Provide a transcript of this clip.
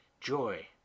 joy